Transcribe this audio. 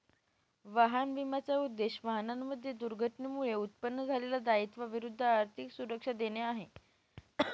वाहन विम्याचा उद्देश, वाहनांमध्ये दुर्घटनेमुळे उत्पन्न झालेल्या दायित्वा विरुद्ध आर्थिक सुरक्षा देणे आहे